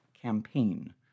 Campaign